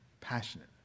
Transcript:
passionate